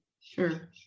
Sure